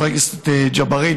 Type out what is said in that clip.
חבר הכנסת ג'בארין,